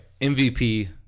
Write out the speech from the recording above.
MVP